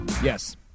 Yes